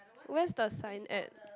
where's the sign at